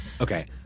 Okay